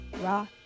raw